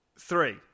Three